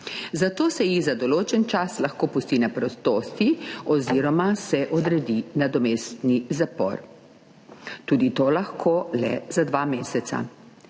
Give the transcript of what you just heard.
zato se jih za določen čas lahko pusti na prostosti oziroma se odredi nadomestni zapor. Tudi to lahko le za dva meseca.